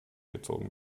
gezogen